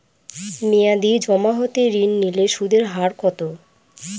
মেয়াদী জমা হতে ঋণ নিলে সুদের হার কত?